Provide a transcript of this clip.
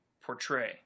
portray